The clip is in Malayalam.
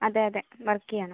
അതെയതെ വർക്ക് ചെയ്യാണ്